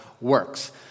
works